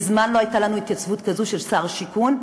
מזמן לא הייתה לנו התייצבות כזו של שר שיכון.